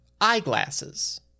eyeglasses